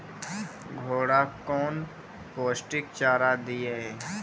घोड़ा कौन पोस्टिक चारा दिए?